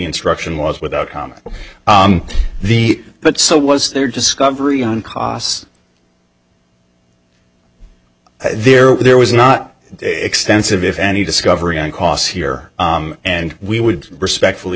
instruction was without comment on the but so was there discovery on costs there were there was not extensive if any discovery on costs here and we would respectfully